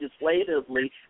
legislatively